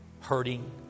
hurting